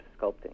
sculpting